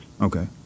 Okay